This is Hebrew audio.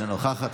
אינה נוכחת,